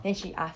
then she ask